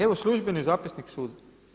Evo službeni zapisnik suda.